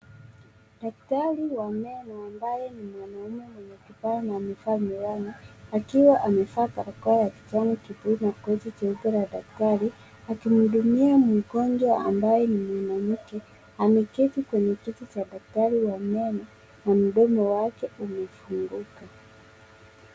Daktari wa meno ambaye ni mwanaume mwenye kipara na amevaa miwani, akiwa amevaa barakoa ya kijani kibichi na koti jeupe la daktari, akimhudumia mgonjwa ambaye ni mwanamke, ameketi kwenye kiti cha daktari wa meno na mdomo wake umefunguka.